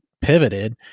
pivoted